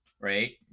right